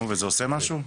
נו וזה עושה משהו?